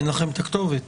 אין לכם את הכתובת.